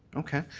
okay.